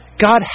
God